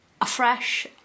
afresh